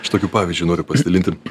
aš tokiu pavyzdžiu noriu pasidalinti